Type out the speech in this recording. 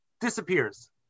disappears